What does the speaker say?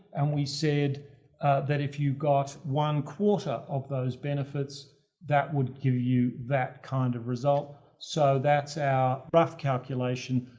and we said that if you got one quarter of those benefits, that would give you that kind of result. so that's our rough calculation,